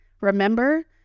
remember